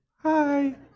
Hi